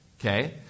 Okay